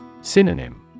Synonym